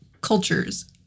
cultures